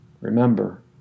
Remember